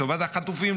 לטובת החטופים,